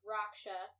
Raksha